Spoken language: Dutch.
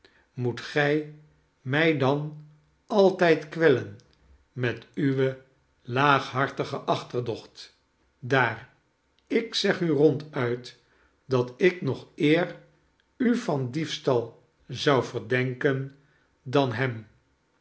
moet gij mij dan altijd kwellen met uwe laaghartige achterdocht daar ik zeg u ronduit dat ik nog eer u van diefstal zou verdenken dan hem